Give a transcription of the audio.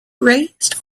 raised